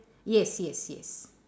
yes yes yes